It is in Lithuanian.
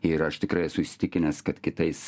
ir aš tikrai esu įsitikinęs kad kitais